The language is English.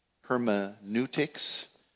Hermeneutics